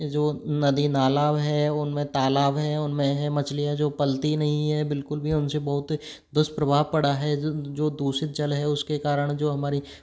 ये जो नदी नाला अब हैं उनमें तालाब हैं उनमें हैं मछलियाँ जो पलती नहीं हैं बिल्कुल भी उनसे बहुत दुष्प्रभाव पड़ा है जो जो दूषित जल है उसके कारण जो हमारी